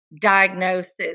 diagnosis